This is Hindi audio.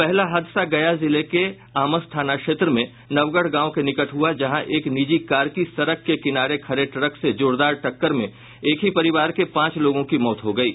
पहला हादसा गया जिले के आमस थाना क्षेत्र में नवगढ़ गांव के निकट हुआ जहां एक निजी कार की सड़क के किनारे खड़े ट्रक से जोरदार टक्कर में एक ही परिवार के पांच लोगों की मौत हो गयी